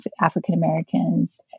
African-Americans